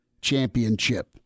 championship